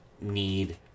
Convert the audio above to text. need